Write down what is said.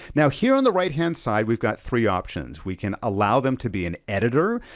now here on the right hand side we've got three options, we can allow them to be an editor,